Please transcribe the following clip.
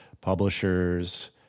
publishers